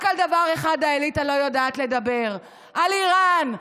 רק על דבר אחד האליטה לא יודעת לדבר, על איראן.